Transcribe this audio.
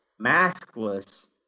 maskless